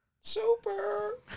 Super